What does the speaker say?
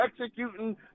executing